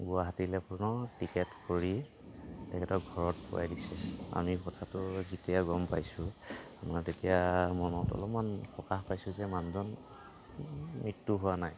গুৱাহাটীলৈ পুনৰ টিকেট কৰি তেখেতক ঘৰত পোৱাই দিছে আমি কথাটো যেতিয়া গম পাইছোঁ আমাৰ তেতিয়া মনত অলপমান সকাহ পাইছোঁ যে মানুহজন মৃত্যু হোৱা নাই